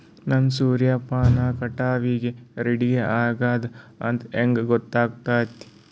ನನ್ನ ಸೂರ್ಯಪಾನ ಕಟಾವಿಗೆ ರೆಡಿ ಆಗೇದ ಅಂತ ಹೆಂಗ ಗೊತ್ತಾಗುತ್ತೆ?